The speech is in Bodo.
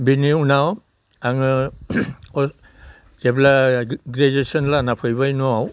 बेनि उनाव आङो जेब्ला ग्रेजुवेसन लाना फैबाय न'आव